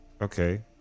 Okay